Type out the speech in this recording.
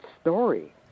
story